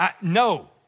no